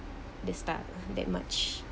that style that much